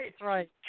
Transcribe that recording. right